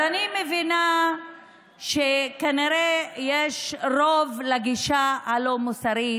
אז אני מבינה שכנראה יש רוב לגישה הלא-מוסרית.